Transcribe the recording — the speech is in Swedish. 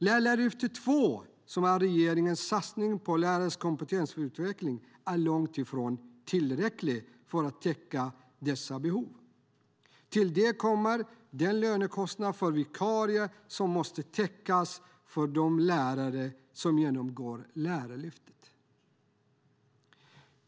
Lärarlyftet II, som är regeringens satsning på lärares kompetensutveckling, är långt ifrån tillräckligt för att täcka behovet. Till det kommer lönekostnader för vikarier som måste täckas när lärare genomgår Lärarlyftet.